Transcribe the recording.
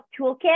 toolkit